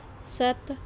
ਸੱਤ